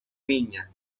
niña